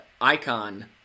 icon